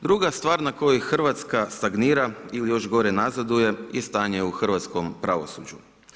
Druga stvar na koju Hrvatska stagnira, ili još gore nazaduje je stanje u hrvatskom pravosuđu.